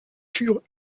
tür